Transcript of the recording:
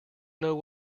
know